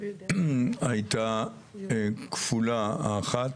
הייתה כפולה, האחת,